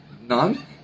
None